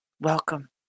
Welcome